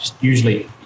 usually